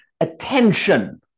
attention